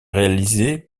réalisée